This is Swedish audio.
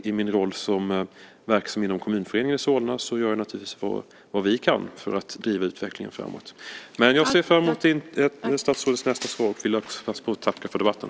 I min roll som verksam inom kommunföreningen i Solna gör jag naturligtvis vad jag kan för att driva utvecklingen framåt. Men jag ser fram emot statsrådets nästa svar och vill passa på att tacka för debatten.